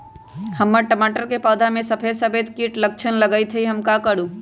हमर टमाटर के पौधा में सफेद सफेद कीट के लक्षण लगई थई हम का करू?